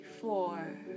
four